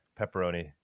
pepperoni